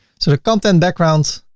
sort of content backgrounds,